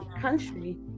country